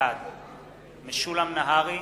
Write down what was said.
בעד משולם נהרי,